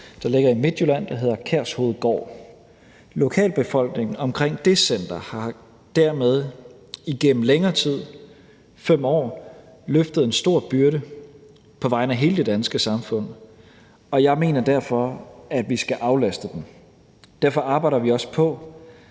der ligger i Midtjylland, som hedder Kærshovedgård. Lokalbefolkningen omkring det center har dermed i længere tid, nemlig omkring 5 år, løftet en stor byrde på vegne af hele det danske samfund, og jeg mener derfor, at vi skal aflaste dem. Derfor arbejder vi også på